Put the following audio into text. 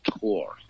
tour